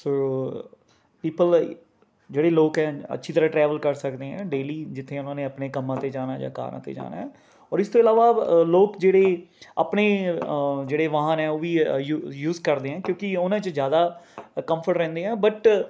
ਸੋ people ਜਿਹੜੇ ਲੋਕ ਹੈ ਅੱਛੀ ਤਰ੍ਹਾਂ ਟਰੈਵਲ ਕਰ ਸਕਦੇ ਹੈ ਡੇਲੀ ਜਿੱਥੇ ਉਹਨਾਂ ਨੇ ਆਪਣੇ ਕੰਮਾਂ 'ਤੇ ਜਾਣਾ ਜਾਂ ਕਾਰਾਂ 'ਤੇ ਜਾਣਾ ਹੈ ਔਰ ਇਸ ਤੋਂ ਇਲਾਵਾ ਲੋਕ ਜਿਹੜੇ ਆਪਣੇ ਜਿਹੜੇ ਵਾਹਨ ਹੈ ਉਹ ਵੀ ਯੂ ਯੂਜ਼ ਕਰਦੇ ਹੈ ਕਿਉਂਕਿ ਉਹਨਾ 'ਚ ਜ਼ਿਆਦਾ ਕਮਫਰਟ ਰਹਿੰਦੇ ਆ ਬਟ